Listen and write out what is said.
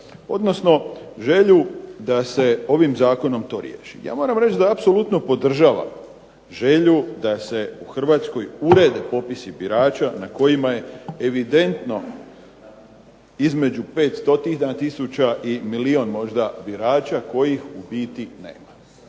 odnosno želju da se ovim zakonom to riješi. Ja moram reći da apsolutno podržavam želju da se u Hrvatskoj urede popisi birača na kojima je evidentno između 500 tisuća i milijun možda birača kojih u biti nema.